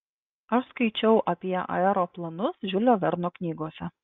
aš skaičiau apie aeroplanus žiulio verno knygose